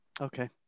Okay